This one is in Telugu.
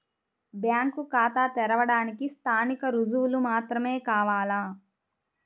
బ్యాంకు ఖాతా తెరవడానికి స్థానిక రుజువులు మాత్రమే కావాలా?